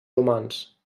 romans